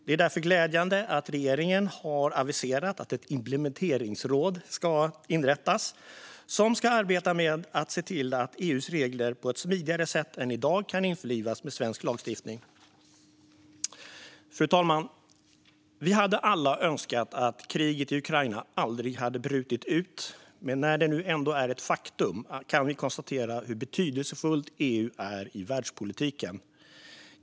Det är därför glädjande att regeringen har aviserat att ett implementeringsråd ska inrättas, som ska arbeta med att se till att EU:s regler på ett smidigare sätt än i dag kan införlivas med svensk lagstiftning. Fru talman! Vi hade alla önskat att kriget i Ukraina aldrig hade brutit ut, men när det nu ändå är ett faktum kan vi konstatera hur betydelsefullt EU är i världspolitiken.